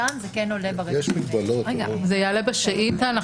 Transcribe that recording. זה יעלה בשאילתה.